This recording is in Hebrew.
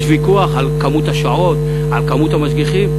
יש ויכוח על כמות השעות, על כמות המשגיחים,